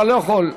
אתה לא יכול.